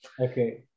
Okay